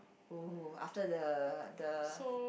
oh after the the